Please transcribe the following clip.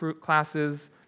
classes